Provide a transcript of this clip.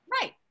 Right